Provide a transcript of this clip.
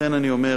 לכן אני אומר,